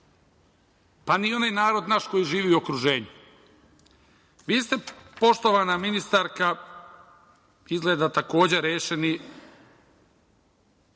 pa ni onaj narod naš koji živi u okruženju. Vi ste, poštovana ministarka, izgleda takođe rešeni